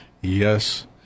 yes